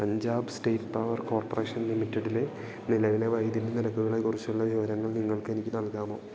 Punjab state power corporation ലിമിറ്റഡിലെ നിലവിലെ വൈദ്യുതി നിരക്കുകളെക്കുറിച്ചുള്ള വിവരങ്ങൾ നിങ്ങൾക്കെനിക്ക് നൽകാമോ